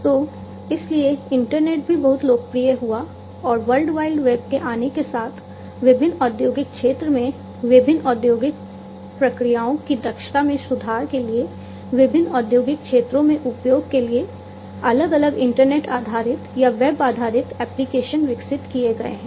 तो इसीलिए इंटरनेट भी बहुत लोकप्रिय हुआ और वर्ल्ड वाइड वेब के आने के साथ विभिन्न औद्योगिक क्षेत्रों में विभिन्न औद्योगिक प्रक्रियाओं की दक्षता में सुधार के लिए विभिन्न औद्योगिक क्षेत्रों में उपयोग के लिए अलग अलग इंटरनेट आधारित या वेब आधारित एप्लिकेशन विकसित किए गए हैं